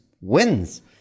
wins